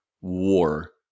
war